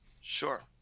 Sure